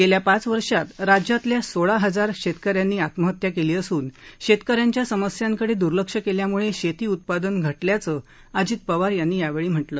गेल्या पाच वर्षांत राज्यातील सोळा हजार शेतकऱ्यांनी आत्महत्या केली असून शेतकऱ्यांच्या समस्यांकडे दुर्लक्ष केल्यामुळं शेती उत्पादन घटल्याचं अजित पवार यांनी यावेळी नमुद केलं